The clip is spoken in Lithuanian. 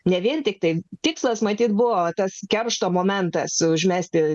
ne vien tiktai tikslas matyt buvo tas keršto momentas užmesti